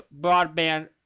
broadband